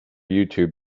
youtube